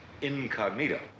incognito